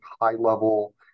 high-level